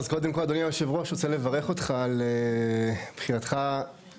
אדוני, אני רוצה לברך אותך על היבחרך ליושב-ראש